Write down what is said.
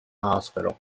hospital